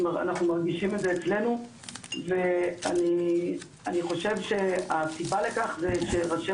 אנחנו מרגישים את זה אצלנו ואני חושב שהסיבה לכך זה שראשי